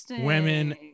women